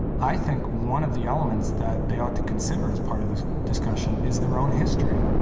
i think one of the elements that they ought to consider as part of this discussion is their own history.